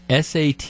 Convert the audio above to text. SAT